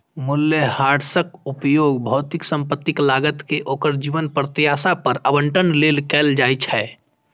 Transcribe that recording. मूल्यह्रासक उपयोग भौतिक संपत्तिक लागत कें ओकर जीवन प्रत्याशा पर आवंटन लेल कैल जाइ छै